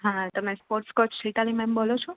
હા તમે sports coach Sitali ma'am બોલો છો